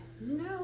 No